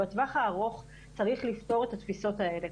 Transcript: בטווח הארוך צריך לפתור את התפיסות האלה.